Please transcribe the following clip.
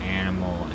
animal